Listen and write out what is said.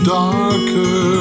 darker